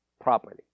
properly